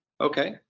Okay